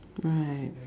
right